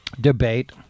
debate